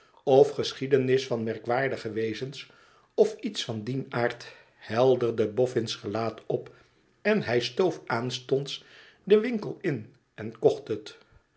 of geschiedenis van merkwaardige wezens of iets van dien aard helderde boffins gelaat op en hij stoof aanstonds den winkel in en kocht het